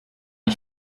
ich